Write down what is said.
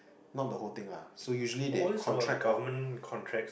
not the whole thing lah so usually they contract out